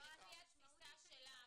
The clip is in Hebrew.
אז זו היתה התפיסה שלה.